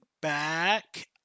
back